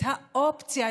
את האופציה,